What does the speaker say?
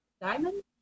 Diamond